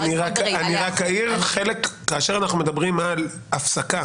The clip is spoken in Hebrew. אני רק אעיר שכאשר אנחנו מדברים על הפסקה,